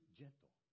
gentle